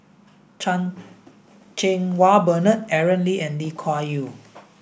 Chan Cheng Wah Bernard Aaron Lee and Lee Kuan Yew